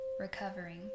recovering